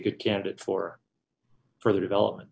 good candidate for further development